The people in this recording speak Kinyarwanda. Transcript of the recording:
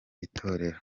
itorero